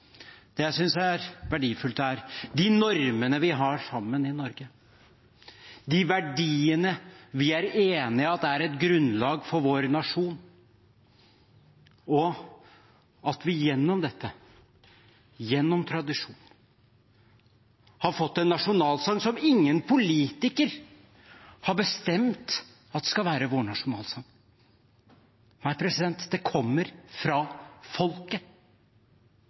Det jeg synes er verdifullt, er de normene vi har sammen i Norge, de verdiene vi er enige om er et grunnlag for vår nasjon, og at vi gjennom dette, gjennom tradisjon, har fått en nasjonalsang som ingen politiker har bestemt skal være vår nasjonalsang. Det kommer fra folket.